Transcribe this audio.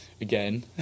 again